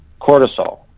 cortisol